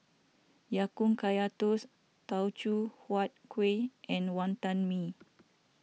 Ya Kun Kaya Toast Teochew Huat Kueh and Wonton Mee